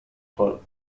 hole